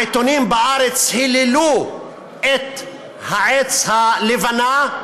העיתונים בארץ היללו את העז הלבנה,